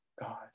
god